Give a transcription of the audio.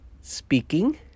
speaking